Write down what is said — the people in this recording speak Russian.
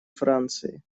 франции